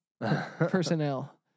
personnel